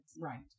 Right